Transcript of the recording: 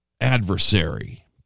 adversary